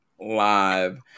live